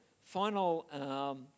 final